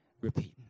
repeat